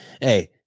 hey